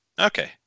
Okay